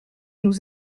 nous